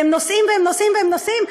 הם נוסעים והם נוסעים והם נוסעים,